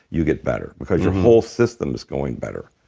you get better because your whole system is going better